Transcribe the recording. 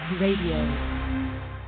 Radio